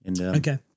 Okay